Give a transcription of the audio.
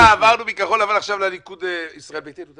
עברנו עכשיו מכחול לבן לליכוד וישראל ביתנו?